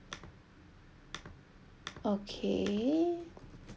okay